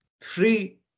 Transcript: free